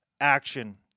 Action